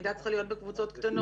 הלמידה צריכה להיות בקבוצות קטנות.